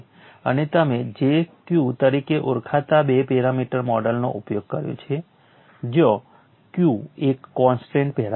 અને તમે J Q તરીકે ઓળખાતા બે પેરામીટર મોડેલનો ઉપયોગ કર્યો છે જ્યાં Q એક કોન્સ્ટ્રેન્ટ પેરામીટર છે